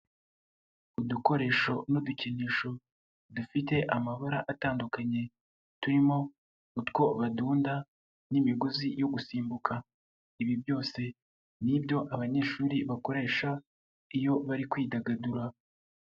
Udukoresho n'udukinisho dufite amabara atandukanye, turimo utwo badunda n'imigozi yo gusimbuka, ibi byose n' nibyo abanyeshuri bakoresha iyo bari kwidagadura.